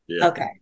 Okay